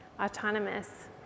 autonomous